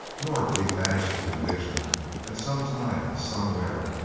nor could he banish the conviction that some time, somewhere,